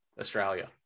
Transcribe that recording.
australia